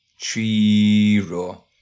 Chiro